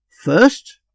first